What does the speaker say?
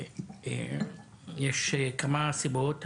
יש כמה סיבות.